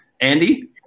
Andy